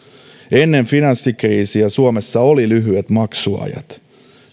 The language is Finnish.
ennen finanssikriisiä suomessa oli lyhyet maksuajat